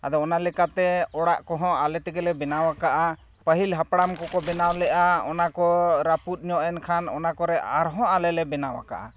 ᱟᱫᱚ ᱚᱱᱟ ᱞᱮᱠᱟ ᱛᱮ ᱚᱲᱟᱜ ᱠᱚᱦᱚᱸ ᱟᱞᱮ ᱛᱮᱜᱮᱞᱮ ᱵᱮᱱᱟᱣ ᱟᱠᱟᱜᱼᱟ ᱯᱟᱹᱦᱤᱞ ᱦᱟᱯᱲᱟᱢ ᱠᱚ ᱠᱚ ᱵᱮᱱᱟᱣ ᱞᱮᱫᱼᱟ ᱚᱱᱟᱠᱚ ᱨᱟᱹᱯᱩᱫ ᱧᱚᱜ ᱮᱱᱠᱷᱟᱱ ᱚᱱᱟᱠᱚᱨᱮ ᱟᱨᱦᱚᱸ ᱟᱞᱮᱞᱮ ᱵᱮᱱᱟᱣ ᱟᱠᱟᱜᱼᱟ